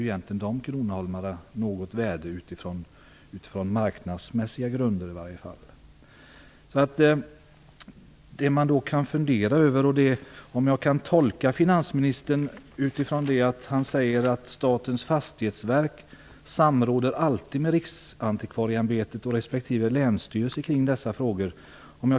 Men de kronoholmarna saknar värde, åtminstone på marknadsmässiga grunder. Finansministern säger att Statens fastighetsverk alltid samråder med Riksantikvarieämbetet och respektive länsstyrelser kring dessa frågor.